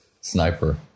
sniper